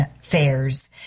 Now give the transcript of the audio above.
fairs